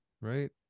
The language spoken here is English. right